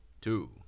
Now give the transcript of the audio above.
two